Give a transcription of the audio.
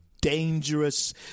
dangerous